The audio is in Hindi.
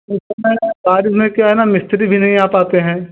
तो बाद में क्या है ना मिस्त्री भी नहीं आ पाते हैं